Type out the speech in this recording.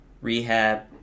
Rehab